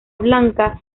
blanca